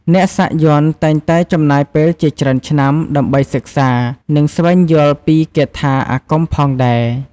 អ្នកសាក់យ័ន្តតែងតែចំណាយពេលជាច្រើនឆ្នាំ ដើម្បីសិក្សា និងស្វែងយល់ពីគាថាអាគមផងដែរ។